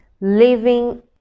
living